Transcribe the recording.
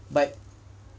but